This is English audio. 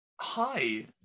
Hi